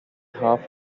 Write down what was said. half